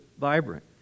vibrant